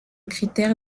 critère